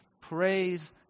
Praise